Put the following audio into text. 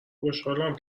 خوشحالم